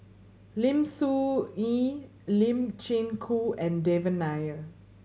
Lim Soo Ngee Lee Chin Koon and Devan Nair